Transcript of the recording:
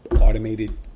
automated